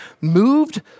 Moved